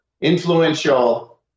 influential